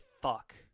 fuck